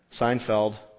Seinfeld